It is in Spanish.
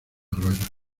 arroyos